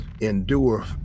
endure